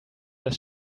das